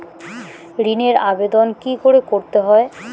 ঋণের আবেদন কি করে করতে হয়?